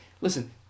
Listen